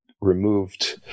removed